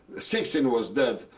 sixteen was dead,